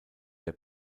der